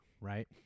right